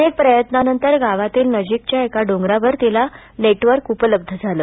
अनेक प्रयत्नांनंतर गावातील नजीकच्या एका डोंगरावर तिला नेटवर्क उपलब्ध झालं